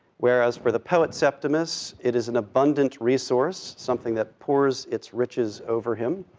whereas for the poet, septimus, it is an abundant resource, something that pours its riches over him,